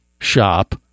shop